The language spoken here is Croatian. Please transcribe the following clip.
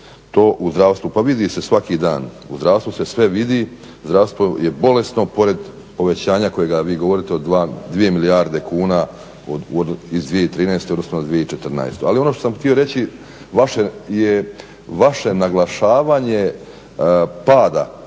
to u zdravstvu? Pa vidi se svaki dan, u zdravstvu se sve vidi, zdravstvo je bolesno pored povećanja kojega vi govorite od 2 milijarde kuna iz 2013.odnosno u 2014. Ali ono što sam htio reći je vaše naglašavanje pada